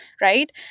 right